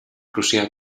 prussià